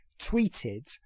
tweeted